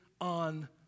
on